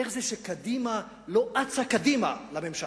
איך זה קדימה לא אצה קדימה לממשלה.